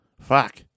Fuck